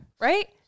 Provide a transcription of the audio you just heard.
Right